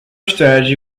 strategy